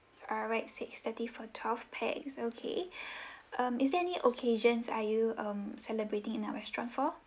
alright six thirty for twelve pax okay um is there any occasion are you um celebrating in our restaurant for